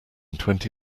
twenty